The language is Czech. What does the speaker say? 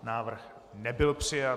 Návrh nebyl přijat.